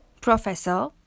professor